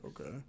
Okay